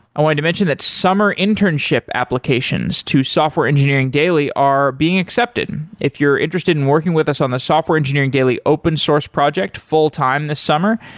i wanted to mention that summer internship applications to software engineering daily are being accepted. if you're interested in working with us on the software engineering daily open source project full-time this summer,